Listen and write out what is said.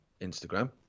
Instagram